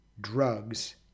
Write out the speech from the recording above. drugs